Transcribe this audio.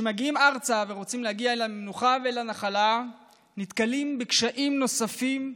כשמגיעים ארצה ורוצים להגיע למנוחה ולנחלה נתקלים בקשיים נוספים: